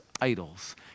idols